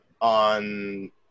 on